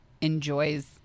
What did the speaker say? enjoys